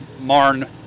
Marn